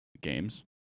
games